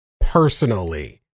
personally